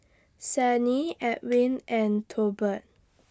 Sannie Edwin and Tolbert